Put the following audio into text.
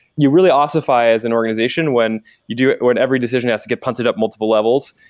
you really ossify as an organization when you do it or when every decision has to get punted up multiple levels.